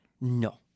No